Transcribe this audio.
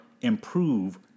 improve